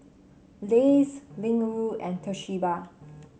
Lays Ling Wu and Toshiba